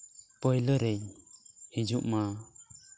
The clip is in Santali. ᱯᱳᱭᱞᱳ ᱨᱤᱧ ᱦᱤᱡᱩᱜ ᱢᱟ